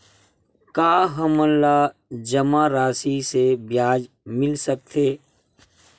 का हमन ला जमा राशि से ब्याज मिल सकथे?